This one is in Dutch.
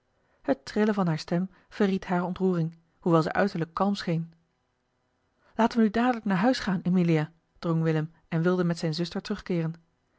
het trillen van hare stem verried hare ontroering hoewel ze uiterlijk kalm scheen laten we nu dadelijk naar huis gaan emilia drong willem en wilde met zijne zuster terugkeeren